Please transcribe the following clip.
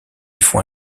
font